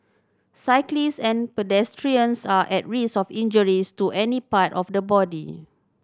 cyclists and pedestrians are at risk of injuries to any part of the body